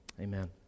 amen